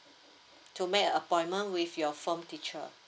to make a appointment with your form teacher